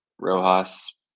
Rojas